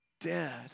dead